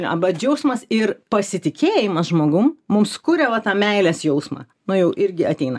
arba džiaugsmas ir pasitikėjimas žmogum mums kuria va tą meilės jausmą nu jau irgi ateina